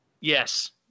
Yes